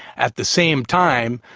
at the same time,